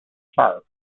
far